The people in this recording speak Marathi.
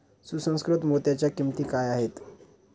सुसंस्कृत मोत्यांच्या किंमती काय आहेत